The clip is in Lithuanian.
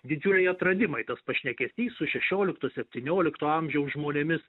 didžiuliai atradimai tas pašnekesys su šešiolikto septyniolikto amžiaus žmonėmis